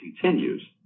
continues